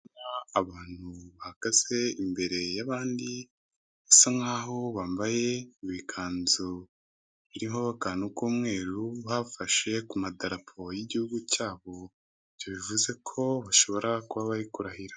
ndabona abantu bahagaze imbere y'abandi bisa nkaho bambaye ibikanzu biriho akantu k'umweru bafashe ku madarapo y'igihugu cy'abo bivuze ko bashobora kuba bari kurahira.